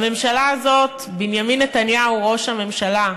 בממשלה הזאת בנימין נתניהו, ראש הממשלה,